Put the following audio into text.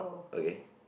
okay